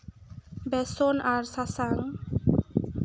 ᱵᱮᱥᱚᱱ ᱟᱨ ᱥᱟᱥᱟᱝ